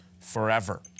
forever